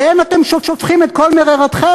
עליהם אתם שופכים את כל מְרֵרָתכם?